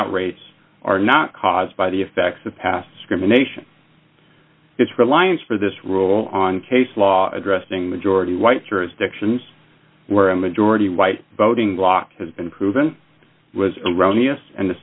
out rates are not caused by the effects of past script nation it's reliance for this rule on case law addressing majority white jurisdictions where a majority white voting bloc has been proven was erroneous and the